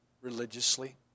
religiously